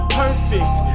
perfect